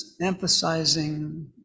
emphasizing